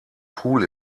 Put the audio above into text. pool